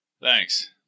Thanks